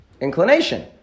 inclination